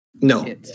No